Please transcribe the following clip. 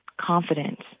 confidence